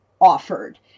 offered